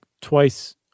twice